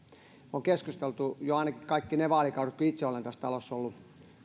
on keskusteltu jo ainakin kaikki ne vaalikaudet kun itse olen tässä talossa ollut